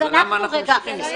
אז למה אנחנו ממשיכים?